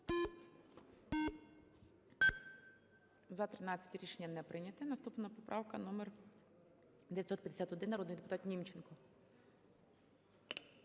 За-13 Рішення не прийнято. Наступна поправка - 951. Народний депутат Німченко.